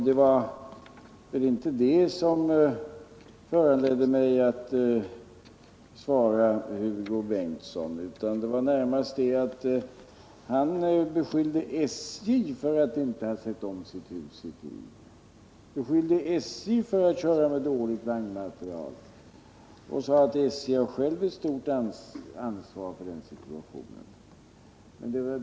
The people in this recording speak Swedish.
Det var emellertid inte detta som föranledde mig att svara Hugo Bengtsson, utan det var närmast det att han beskyllde SJ för att inte ha sett om sitt hus i tid, för att köra med dålig vagnmateriel. Han sade att SJ har självt ett stort ansvar för den situation som har uppstått.